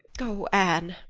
oh, anne,